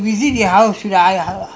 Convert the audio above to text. hello bodoh punya orang